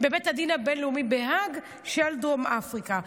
בבית הדין הבין-לאומי בהאג, של דרום אפריקה.